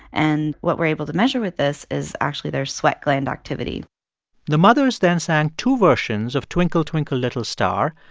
and what we're able to measure with this is actually their sweat gland activity the mothers then sang two versions of twinkle, twinkle little star.